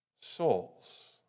souls